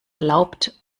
erlaubt